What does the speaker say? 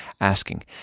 asking